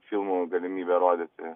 filmų galimybę rodyti